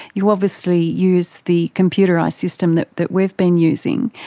you obviously use the computerised system that that we've been using.